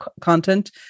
content